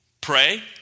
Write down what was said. Pray